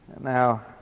Now